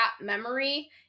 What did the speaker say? memory